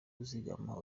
kuzigama